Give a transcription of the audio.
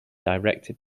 directed